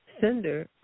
sender